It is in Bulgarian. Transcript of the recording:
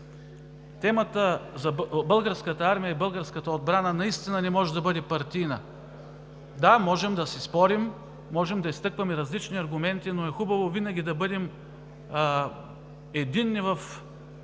Темата за Българската армия и българската отбрана наистина не може да бъде партийна. Да, можем да си спомним, можем да изтъкваме различни аргументи, но е хубаво винаги да бъдем единни,